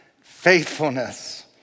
faithfulness